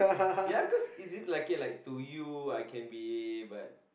ya cause is it like it to you I can be but